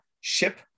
ship